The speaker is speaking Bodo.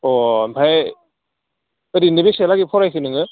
अ ओमफ्राय ओरैनो बेसेहालागै फरायखो नोङो